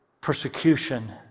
persecution